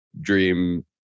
dream